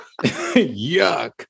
Yuck